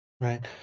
Right